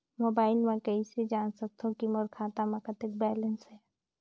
Mobile म कइसे जान सकथव कि मोर खाता म कतेक बैलेंस से?